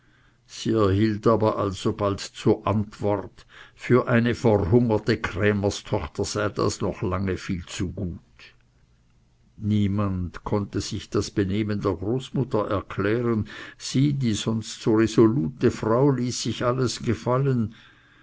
sie erhielt aber alsobald zur antwort für eine verhungerte krämerstochter sei das noch lange viel zu gut niemand konnte das benehmen der großmutter sich erklären sie die sonst so resolute frau ließ sich alles gefallen